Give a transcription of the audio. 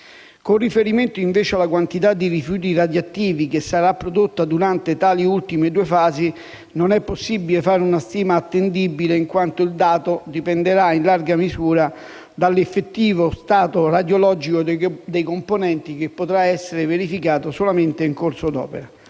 Con riferimento, invece, alla quantità di rifiuti radioattivi che sarà prodotta durante tali ultime due fasi, non è possibile fare una stima attendibile, in quanto il dato dipenderà in larga misura dall'effettivo stato radiologico dei componenti che potrà essere verificato solo in corso d'opera.